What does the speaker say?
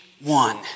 one